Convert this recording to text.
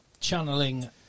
Channeling